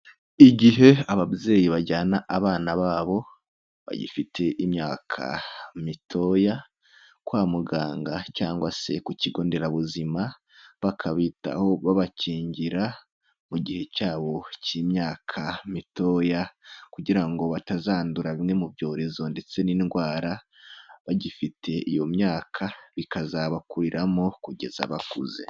Igihe ababyeyi bajyana abana babo bagifite imyaka mitoya kwa muganga cyangwa se ku kigo nderabuzima, bakabitaho babakingira mu gihe cyabo cy'imyaka mitoya, kugira ngo batazandura bimwe mu byorezo ndetse n'indwara, bagifite iyo myaka bikazabakuriramo kugeza bakuze.